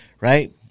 Right